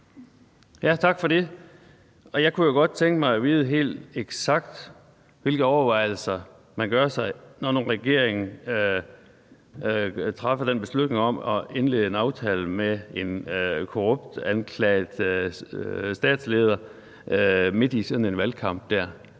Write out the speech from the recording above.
Tak for det. Jeg kunne jo godt tænke mig at vide helt eksakt, hvilke overvejelser man gør sig, når nu regeringen træffer den beslutning at indlede forhandlinger med en korruptionsanklaget statsleder midt i sådan en valgkamp